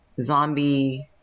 zombie